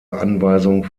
anweisung